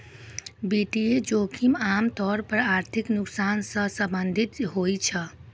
वित्तीय जोखिम आम तौर पर आर्थिक नुकसान सं संबंधित होइ छै